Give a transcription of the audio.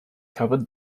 covered